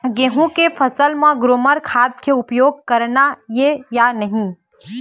गेहूं के फसल म ग्रोमर खाद के उपयोग करना ये या नहीं?